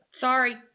Sorry